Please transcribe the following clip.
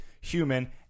human